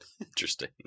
Interesting